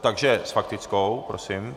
Takže s faktickou, prosím.